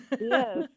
Yes